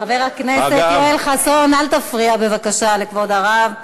הכנסת יואל חסון, אל תפריע, בבקשה, לכבוד הרב.